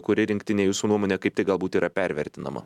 kuri rinktinė jūsų nuomone kaip tik galbūt yra pervertinama